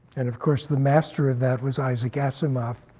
and of course, the master of that was isaac asimov,